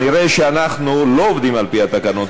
נראה שאנחנו לא עובדים על-פי התקנון,